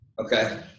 Okay